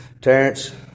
Terrence